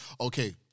Okay